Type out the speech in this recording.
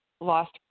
lost